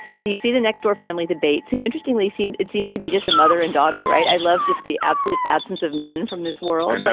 so you see the next door family, the bates, who interestingly seemed it seems to be just a mother and daughter. right. i love just the absolute absence of men from this world. now,